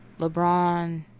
LeBron